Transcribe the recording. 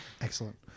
Excellent